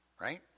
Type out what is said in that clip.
right